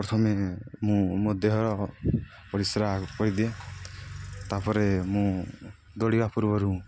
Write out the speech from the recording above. ପ୍ରଥମେ ମୁଁ ମୋ ଦେହର ପରିଶ୍ରା କରିଦିଏ ତା'ପରେ ମୁଁ ଦୌଡ଼ିବା ପୂର୍ବରୁ